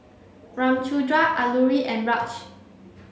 Ramchundra Alluri and Raj